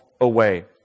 away